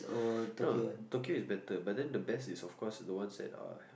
no Tokyo is better but the best is of course the ones that are